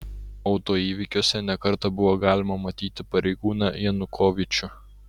autoįvykiuose ne kartą buvo galima matyti pareigūną janukovyčių